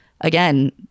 again